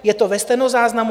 Je to ve stenozáznamu.